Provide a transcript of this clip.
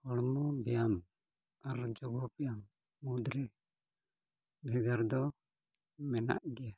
ᱦᱚᱲᱢᱚ ᱵᱮᱭᱟᱢ ᱟᱨ ᱡᱚᱜᱽ ᱵᱮᱭᱟᱢ ᱢᱩᱫᱽᱨᱮ ᱵᱷᱮᱜᱟᱨ ᱫᱚ ᱢᱮᱱᱟᱜ ᱜᱮᱭᱟ